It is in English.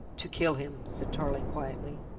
to kill him, said tarling quietly.